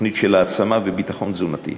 תוכנית של העצמה וביטחון תזונתי,